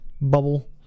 bubble